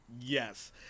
Yes